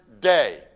day